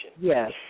Yes